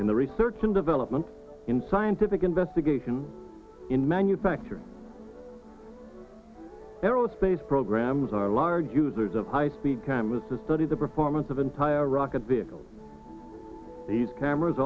in the research and development in scientific investigation in manufacturing aerospace programs are large users of high speed cameras to study the performance of entire rocket vehicles these cameras